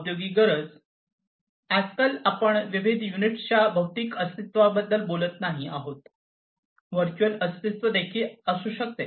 औद्योगिक गरज आजकाल आपण विविध युनिट्स च्या भौतिक अस्तित्वाबद्दल बोलत नाही आहोतव्हर्च्युअल अस्तित्व देखील असू शकते